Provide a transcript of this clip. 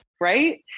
right